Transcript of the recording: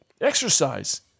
exercise